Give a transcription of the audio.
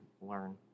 learn